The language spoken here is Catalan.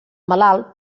malalt